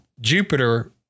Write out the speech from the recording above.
Jupiter